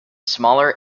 smaller